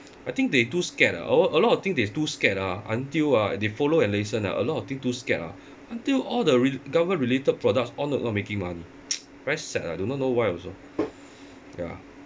I think they too scared ah a a lot of thing they too scared ah until ah they follow and listen ah a lot of thing too scared ah until all the re~ government related products all not making money very sad ah do not know why also ya